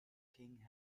king